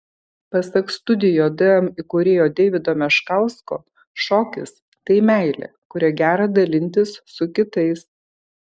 pasak studio dm įkūrėjo deivido meškausko šokis tai meilė kuria gera dalintis su kitais